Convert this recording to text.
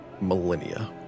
millennia